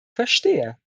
verstehe